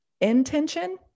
intention